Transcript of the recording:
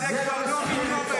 זו כבר לא ביקורת.